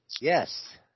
Yes